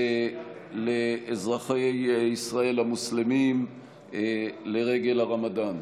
אני מניח, לאזרחי ישראל המוסלמים לרגל הרמדאן.